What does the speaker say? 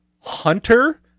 Hunter